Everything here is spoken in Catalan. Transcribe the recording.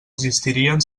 existirien